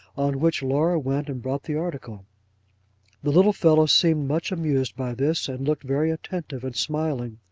on which laura went and brought the article the little fellow seemed much amused by this, and looked very attentive and smiling.